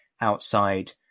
outside